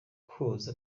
koza